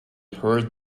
heard